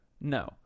No